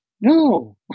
no